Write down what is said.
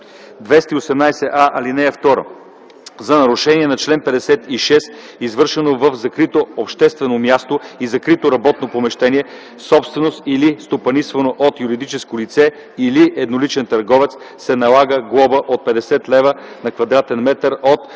500 лв. (2) За нарушение на чл. 56, извършено в закрито обществено място и закрито работно помещение, собственост или стопанисвано от юридическо лице или едноличен търговец, се налага глоба от 50 лв. на квадратен метър от